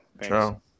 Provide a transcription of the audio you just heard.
Ciao